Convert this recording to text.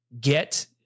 Get